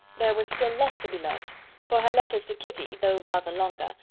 there was still less to be learnt for her letters to kitty, though rather longer,